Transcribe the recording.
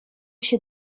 się